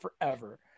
forever